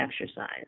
exercise